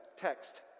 text